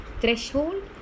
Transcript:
threshold